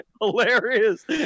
hilarious